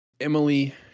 Emily